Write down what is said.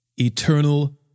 Eternal